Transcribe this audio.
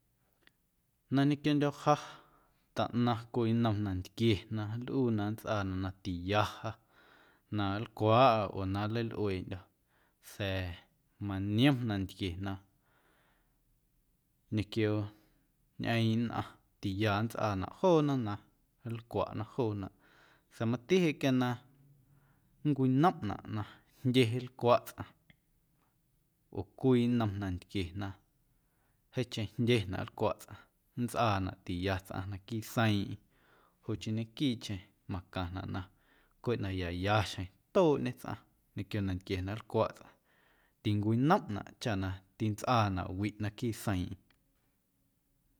Na ñequiondyo̱ ja taꞌnaⁿ cwii nnom nantquie na nlꞌuu na nntsꞌaanaꞌ na tiya ja na nlcwaaꞌa oo na nleilꞌueeꞌndyo̱ sa̱a̱ maniom nantquie na ñequio ñꞌeeⁿꞌ nnꞌaⁿ tiya nntsꞌaanaꞌ joona na nlcwaꞌnaꞌ juunaꞌ sa̱a̱ mati jeꞌ quia na nncwinomꞌnaꞌ na jndye nlcwaꞌ tsꞌaⁿ oo cwii nnom nantquie na jeeⁿcheⁿ jndyenaꞌ nlcwaꞌ tsꞌaⁿ nntsꞌaanaꞌ na tiya tsꞌaⁿ naquiiꞌ seiiⁿꞌeⁿ joꞌ chii ñequiiꞌcheⁿ macaⁿnaꞌ na cweꞌ na ya yaxjeⁿ tooꞌñe tsꞌaⁿ ñequio nantquie na nlcwaꞌ tsꞌaⁿ tincwinomꞌnaꞌ cha na tintsꞌaanaꞌ wiꞌ naquiiꞌ seiiⁿꞌeⁿ.